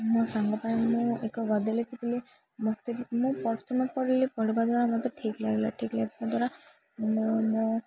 ମୋ ସାଙ୍ଗ ପାଇଁ ମୁଁ ଏକ ଗଦ୍ୟ ଲେଖିଥିଲି ମୋତେ ମୁଁ ପ୍ରଥମେ ପଢ଼ିଲି ପଢ଼ିବା ଦ୍ୱାରା ମୋତେ ଠିକ୍ ଲାଗିଲା ଠିକ୍ ଲାଗିବା ଦ୍ୱାରା ମୁଁଁ